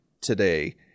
today